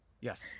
Yes